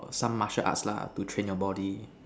or some Martial Arts lah to train your body